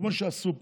כמו שעשו פה.